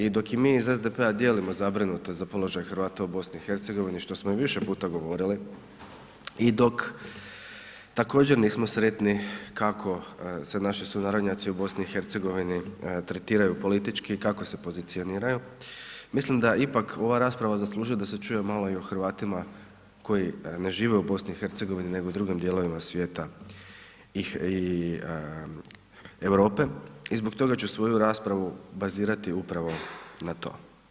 I dok i mi iz SDP-a dijelimo zabrinutost za položaj Hrvata u BiH-u što smo i više puta govorili i dok također nismo sretni kako se naši sunarodnjaci u BiH-u tretiraju politički, kako se pozicioniraju, mislim da ipak ova rasprava zaslužuje da čuje malo i o Hrvatima koji ne žive u BiH-u nego u drugim dijelovima svijeta i Europe i zbog toga ću svoju raspravu bazirati upravo na to.